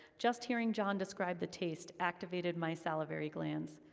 just hearing john describe the taste, activated my salivary glands.